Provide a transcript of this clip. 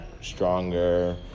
stronger